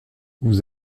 vous